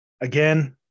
Again